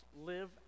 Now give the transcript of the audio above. live